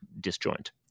disjoint